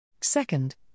Second